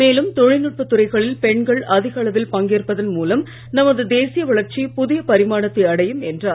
மேலும் தொழில்நுட்பத் துறைகளில் பெண்கள் அதிக அளவில் பங்கேற்பதன் மூலம் நமது தேசிய வளர்ச்சி புதிய பரிமாணத்தை அடையும் என்றார்